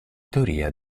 teoria